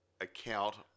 account